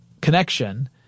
connection